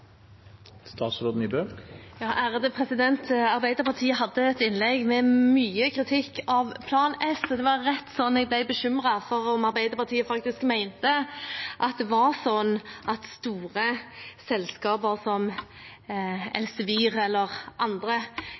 Arbeiderpartiet hadde et innlegg med mye kritikk av Plan S, og jeg ble nesten bekymret for om Arbeiderpartiet faktisk mente at store selskaper som Elsevier eller andre